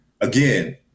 again